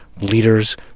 leaders